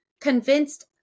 convinced